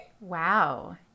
wow